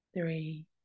three